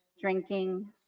drinking